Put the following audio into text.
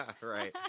Right